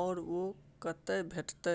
आर ओ कतय भेटत?